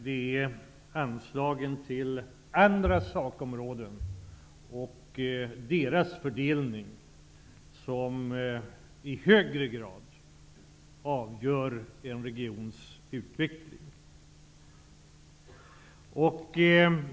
Det är anslagen till andra sakområden och deras fördelning som i högre grad avgör en regions utveckling.